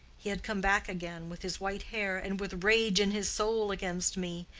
he had come back again, with his white hair, and with rage in his soul against me.